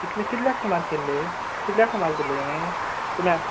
कितल्यांक सुमार केल्ली कितल्यांक सुमार केल्ली तुवें